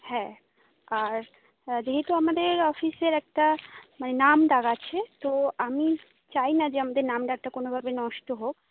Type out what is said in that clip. হ্যাঁ আর যেহেতু আমাদের অফিসের একটা মানে নাম ডাক আছে তো আমি চাই না যে আমাদের নাম ডাকটা কোনোভাবে নষ্ট হোক